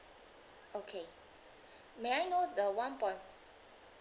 okay may I know the one point